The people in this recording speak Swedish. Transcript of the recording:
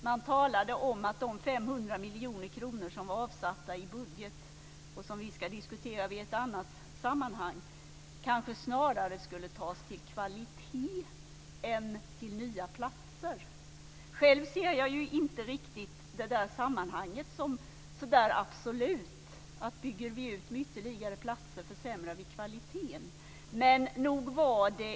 Man talade om att de 500 miljoner kronor som var avsatta i budgeten och som vi ska diskutera i ett annat sammanhang kanske skulle satsas på kvaliteten snarare än på nya platser. Själv ser jag inte det sammanhanget som särskilt absolut - dvs. att en utbyggnad med ytterligare platser skulle innebära försämrad kvalitet.